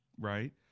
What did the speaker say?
right